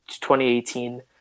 2018